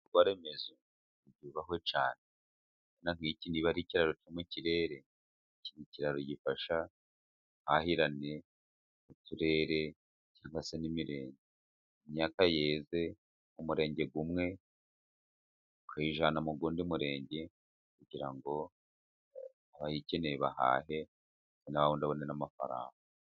Ibikorwaremezo bibaho cyane. Urabona nk'iki niba ari ikiraro cyo mu kirere, iki ni ikiraro gifasha ubuhahirane mu turere cyangwa se n'imirenge. Imyaka yeze mu murenge umwe ukuyijyana mu wundi murenge kugira ngo abayikeneye bahahe, Kandi na we ubone n'amafaranga.